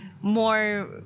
more